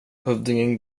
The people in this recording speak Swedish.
hövdingen